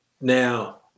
Now